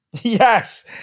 Yes